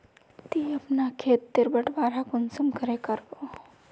ती अपना खेत तेर बटवारा कुंसम करे करबो?